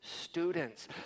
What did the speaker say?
students